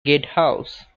gatehouse